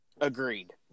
Agreed